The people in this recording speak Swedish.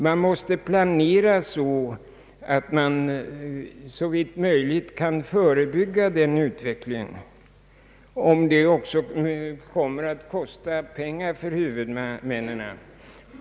Man måste planera så att man såvitt möjligt kan förebygga en sådan utveckling, även om det kommer att kosta pengar för huvudmännen.